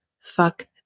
Fuck